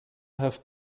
have